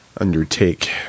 undertake